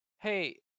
Hey